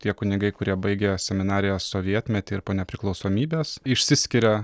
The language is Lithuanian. tie kunigai kurie baigė seminariją sovietmety ir po nepriklausomybės išsiskiria